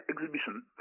exhibition